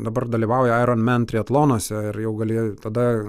dabar dalyvauja ironman triatlonuose ir jau gali tada